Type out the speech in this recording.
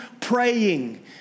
praying